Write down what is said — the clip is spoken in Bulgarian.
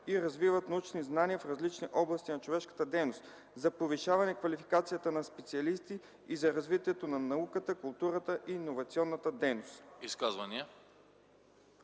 Изказвания?